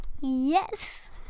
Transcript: Yes